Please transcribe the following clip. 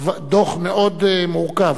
דוח מאוד מורכב.